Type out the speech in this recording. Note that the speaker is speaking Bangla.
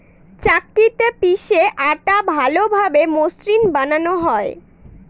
চাক্কিতে পিষে আটা ভালোভাবে মসৃন বানানো হয়